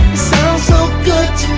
so good